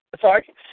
Sorry